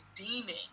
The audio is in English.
redeeming